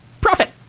profit